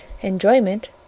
enjoyment